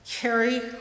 Carrie